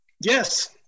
Yes